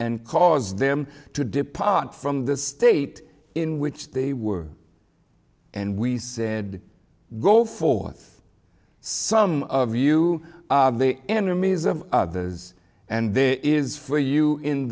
and cause them to depart from the state in which they were and we said go forth some of you the enemies of others and there is for you in